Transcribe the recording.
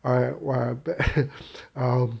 I 我 I bet um